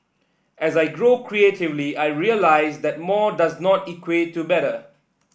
as I grow creatively I realise that more does not equate to better